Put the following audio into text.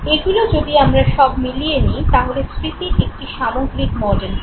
এগুলি যদি আমরা সব মিলিয়ে নিই তাহলে স্মৃতির একটি সামগ্রিক মডেল পাবো